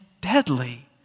deadly